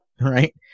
Right